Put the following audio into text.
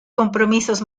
compromisos